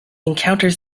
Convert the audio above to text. encounters